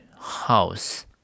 house